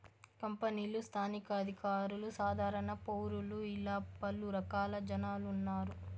కంపెనీలు స్థానిక అధికారులు సాధారణ పౌరులు ఇలా పలు రకాల జనాలు ఉన్నారు